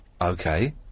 Okay